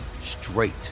straight